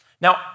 Now